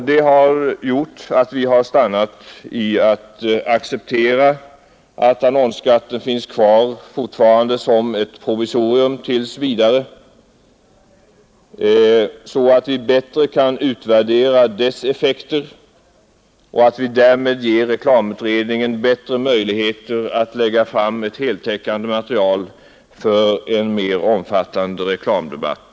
Detta har gjort att vi stannat för att acceptera att annonsskatten tills vidare finns kvar som ett provisorium så att vi bättre kan utvärdera dess effekter. Därmed ger vi reklamutredningen större möjligheter att lägga fram ett heltäckande material för en mer omfattande reklamdebatt.